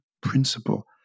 principle